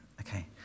Okay